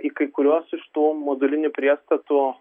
į kai kuriuos iš tų modulinių priestatų